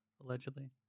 allegedly